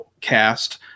cast